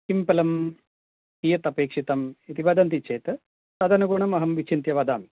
किं फलं कियत् अपेक्षितम् इति वदन्ति चेत् तदनुगुणं अहं विचिन्त्य वदामि